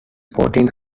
fourteenth